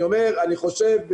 אני חושב,